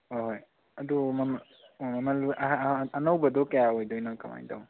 ꯍꯣꯏ ꯍꯣꯏ ꯑꯗꯨ ꯃꯃꯜ ꯑꯅꯧꯕꯗꯣ ꯀꯌꯥ ꯑꯣꯏꯗꯣꯏꯅꯣ ꯀꯃꯥꯏꯅ ꯇꯧꯕꯅꯣ